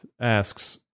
asks